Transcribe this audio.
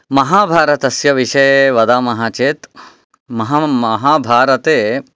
महाभारतस्य विषये वदामः चेत् महा महाभारते